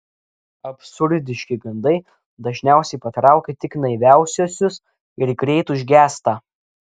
absurdiški gandai dažniausiai patraukia tik naiviausiuosius ir greit užgęsta